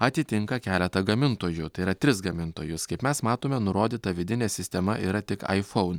atitinka keletą gamintojų tai yra tris gamintojus kaip mes matome nurodyta vidinė sistema yra tik aifoun